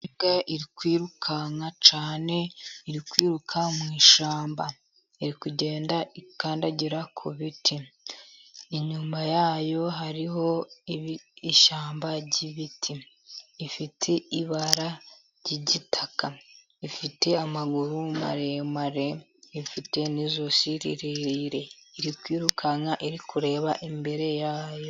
Imbwa iri kwirukanka cyane iri kwiruka mu ishyamba, iri kugenda ikandagira ku biti. Inyuma yayo hariho ishyamba ry'ibiti. Ifite ibara ry'igitaka, ifite amaguru maremare, ifite n'ijosi rirerire. Iri kwirukanka iri kureba imbere yayo.